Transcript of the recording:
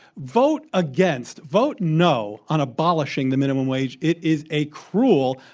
vote against vote no on abolishing the minimum wage. it is a cruel,